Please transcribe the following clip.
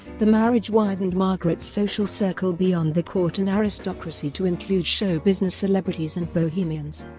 the marriage widened margaret's social circle beyond the court and aristocracy to include show business celebrities and bohemians.